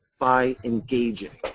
by engaging.